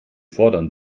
fordern